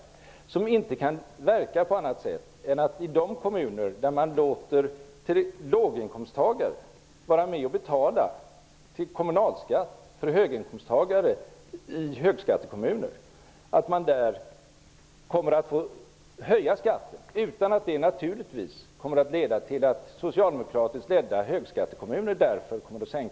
En sådan omfördelning kan inte verka på annat sätt än att man i de kommuner där man låter låginkomsttagare vara med och betala till kommunalskatt för höginkomsttagare i högskattekommuner måste höja skatten, utan att det leder till att socialdemokratiskt ledda högskattekommuner därför sänker skatten.